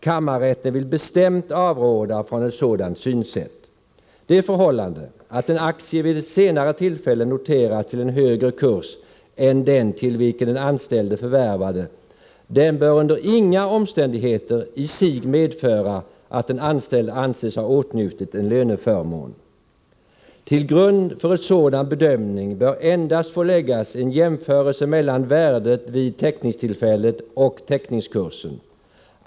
Kammarrätten vill bestämt avråda från ett sådant synsätt. Det förhållandet att en aktie vid ett senare tillfälle noteras till en högre kurs än den till vilken den anställde förvärvade den bör under inga omständigheter i sig medföra att den anställde anses ha åtnjutit en löneförmån. Till grund för en sådan bedömning bör endast få läggas en jämförelse mellan värdet vid teckningstillfället och teckningskursen.